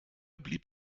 blieb